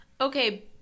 Okay